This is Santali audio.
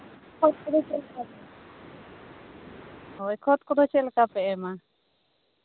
ᱠᱷᱚᱛ ᱠᱚᱫᱚ ᱪᱮᱫ ᱞᱮᱠᱟᱯᱮ ᱮᱢᱼᱟ ᱦᱳᱭ ᱠᱷᱚᱛ ᱠᱚᱫᱚ ᱪᱮᱫ ᱞᱮᱠᱟᱯᱮ ᱮᱢᱼᱟ